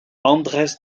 andrés